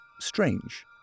strange